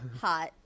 Hot